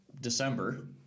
December